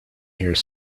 here